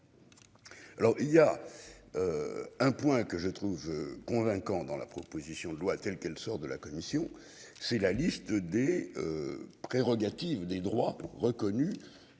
Alors il y a. Un point que je trouve convaincant dans la proposition de loi telle qu'elle sort de la commission. C'est la liste des. Prérogatives des droits reconnus